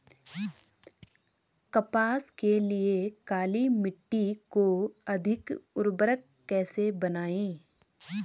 कपास के लिए काली मिट्टी को अधिक उर्वरक कैसे बनायें?